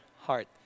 heart